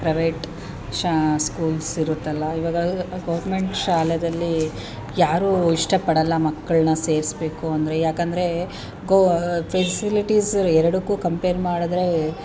private ಶಾ schools ಇರುತ್ತಲ್ಲ ಇವಾಗ ಗೌರ್ಮೆಂಟ್ ಶಾಲೆಯಲ್ಲಿ ಯಾರೂ ಇಷ್ಟ ಪಡಲ್ಲ ಮಕ್ಕಳನ್ನು ಸೆರಿಸ್ಬೇಕು ಅಂದರೆ ಯಾಕಂದರೆ ಕೋ ಫೆಸಿಲಿಟೀಸ್ ಎರಡಕ್ಕೂ ಕಂಪೇರ್ ಮಾಡಿದರೆ